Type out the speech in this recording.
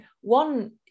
one